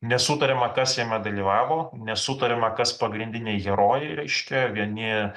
nesutariama kas jame dalyvavo nesutariama kas pagrindiniai herojai reiškia vieni